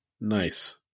Nice